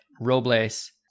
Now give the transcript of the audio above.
Robles